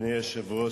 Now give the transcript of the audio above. אדוני היושב-ראש,